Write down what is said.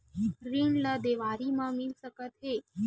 ऋण ला देवारी मा मिल सकत हे